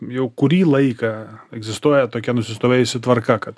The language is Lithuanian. jau kurį laiką egzistuoja tokia nusistovėjusi tvarka kad